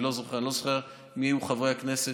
אני לא זוכר מי היו חברי הכנסת,